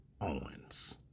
Owens